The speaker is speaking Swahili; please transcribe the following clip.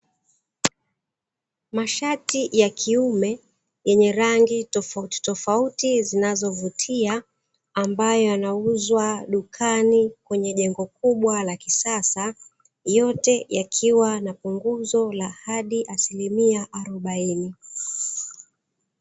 Mashati ya kiume yenye rangi tofautitofauti zinazovutia ambayo yanauzwa dukani kwenye jengo la kisasa, yote yakiwa na punguzo la hadi asilimia arobaini.